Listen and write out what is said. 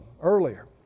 earlier